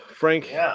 Frank